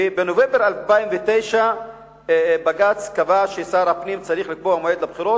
ובנובמבר 2009 בג"ץ קבע ששר הפנים צריך לקבוע מועד לבחירות.